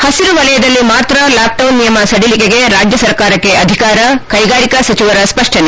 ಪಸಿರು ವಲಯದಲ್ಲಿ ಮಾತ್ರ ಲಾಕ್ಡೌನ್ ನಿಯಮ ಸಡಿಲಿಕೆಗೆ ರಾಜ್ಯ ಸರ್ಕಾರಕ್ಕೆ ಅಧಿಕಾರ ಕೈಗಾರಿಕಾ ಸಚಿವರ ಸ್ಪಷ್ಟನೆ